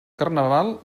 carnaval